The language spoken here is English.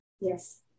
yes